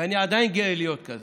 ואני עדיין גאה להיות כזה,